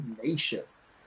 tenacious